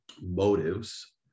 motives